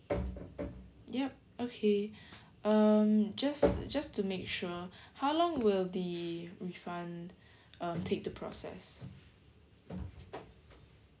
yup okay um just just to make sure how long will the refund uh take the process